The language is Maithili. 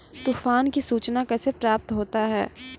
तुफान की सुचना कैसे प्राप्त होता हैं?